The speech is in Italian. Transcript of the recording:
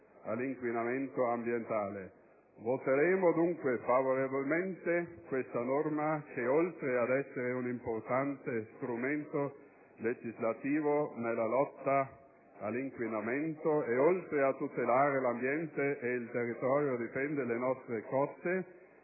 all'inquinamento ambientale. Voteremo, dunque, a favore di questo provvedimento che, oltre ad essere un importante strumento legislativo nella lotta all'inquinamento e oltre a tutelare l'ambiente e il territorio, difende le nostre coste